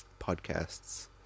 podcasts